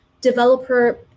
developer